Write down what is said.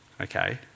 okay